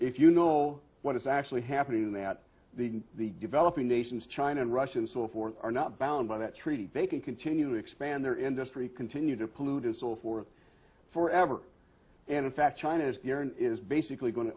if you know what is actually happening that the the developing nations china and russia and so forth are not bound by that treaty they can continue expand their industry continue to pollute as all who are forever and in fact china is basically go